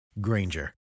Granger